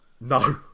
No